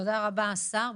תודה רבה, השר.